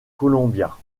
columbia